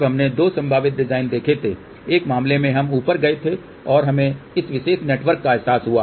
तब हमने दो संभावित डिजाइन देखे थे एक मामले में हम ऊपर गए थे और हमें इस विशेष नेटवर्क का एहसास हुआ